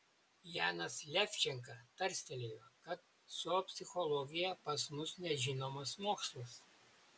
janas levčenka tarstelėjo kad zoopsichologija pas mus nežinomas mokslas